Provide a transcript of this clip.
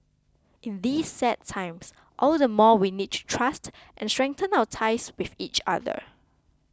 in these sad times all the more we need to trust and strengthen our ties with each other